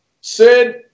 Sid